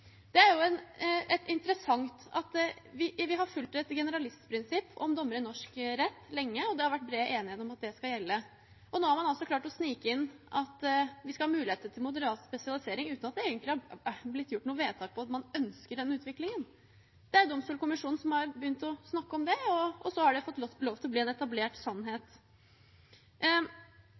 Det er jo interessant. Vi har lenge fulgt et generalistprinsipp for dommere i norsk rett, og det har vært bred enighet om at det skal gjelde. Nå har man altså klart å snike inn at vi skal ha muligheter til moderat spesialisering, uten at det egentlig er gjort noe vedtak om at man ønsker denne utviklingen. Det er Domstolkommisjonen som har begynt å snakke om det, og så har det fått lov til å bli en etablert sannhet.